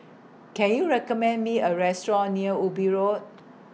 Can YOU recommend Me A Restaurant near Obi Road